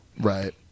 right